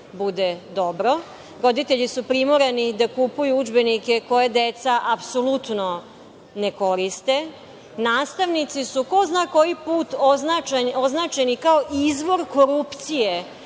bude dobro. Roditelji su primorani da kupuju udžbenike koje deca apsolutno ne koriste. Nastavnici su, po ko zna koji put, označeni kao izvor korupcije